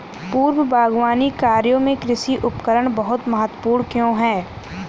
पूर्व बागवानी कार्यों में कृषि उपकरण बहुत महत्वपूर्ण क्यों है?